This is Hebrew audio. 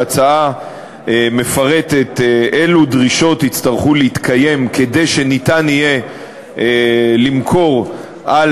ההצעה מפרטת אילו דרישות יצטרכו להתקיים כדי שיהיה אפשר למכור על,